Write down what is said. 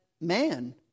man